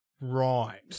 Right